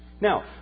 Now